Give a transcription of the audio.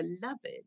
beloved